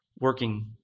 working